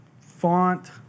font